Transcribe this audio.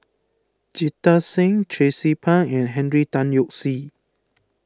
Jita Singh Tracie Pang and Henry Tan Yoke See